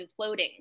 imploding